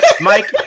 Mike